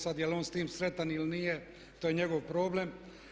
Sad jel' on s tim sretan ili nije to je njegov problem.